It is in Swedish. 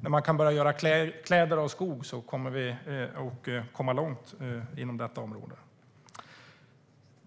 När man kan göra kläder av skog kommer vi att komma långt på detta område.